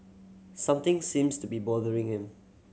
something seems to be bothering him